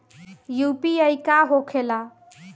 UPI का होखेला?